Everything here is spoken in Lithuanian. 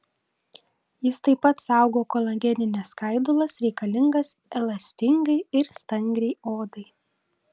jis taip pat saugo kolagenines skaidulas reikalingas elastingai ir stangriai odai